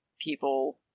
people